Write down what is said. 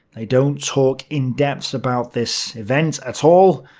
they don't talk in-depth about this event at all.